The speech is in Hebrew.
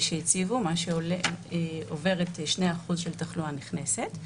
שהציבו, מה שעובר את 2% של תחלואה נכנסת.